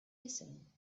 listening